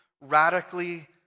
radically